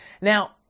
Now